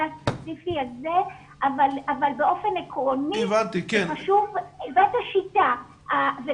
הספציפי הזה אבל באופן עקרוני זאת השיטה.